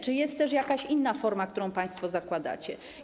Czy jest też jakaś inna forma, którą państwo zakładacie?